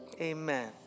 Amen